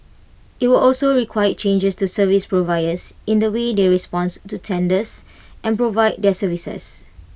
IT will also require changes to service providers in the way they responds to tenders and provide their services